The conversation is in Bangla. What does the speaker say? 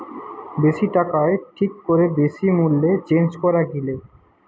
বেশি টাকায় ঠিক করে বেশি মূল্যে চেঞ্জ করা গিলে